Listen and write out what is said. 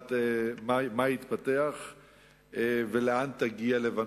לדעת מה יתפתח ולאן תגיע לבנון.